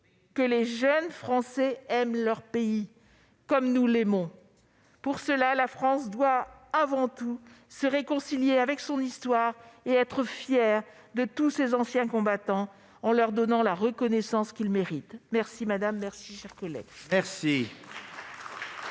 que les jeunes Français aiment leur pays comme nous l'aimons. Pour cela, la France doit avant tout se réconcilier avec son histoire et être fière de tous ses anciens combattants, en leur donnant la reconnaissance qu'ils méritent. La parole est à Mme la ministre